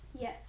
Yes